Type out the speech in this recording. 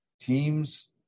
Teams